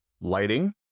lighting